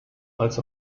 als